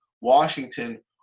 Washington